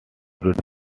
read